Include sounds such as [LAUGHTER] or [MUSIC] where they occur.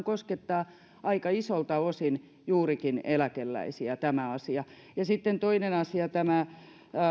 [UNINTELLIGIBLE] koskettaa aika isolta osin juurikin eläkeläisiä sitten toinen asia